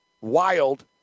Wild